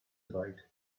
about